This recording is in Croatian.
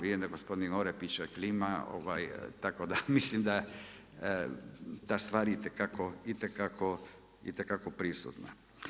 Vidim da gospodin Orepić klima, tako da mislim da je stvar itekako prisutna.